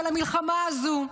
אבל במלחמה הזו,